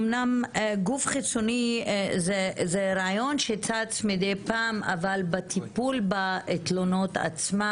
אמנם גוף חיצוני זה רעיון שצץ מדי פעם אבל בטיפול בתלונות עצמן